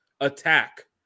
attack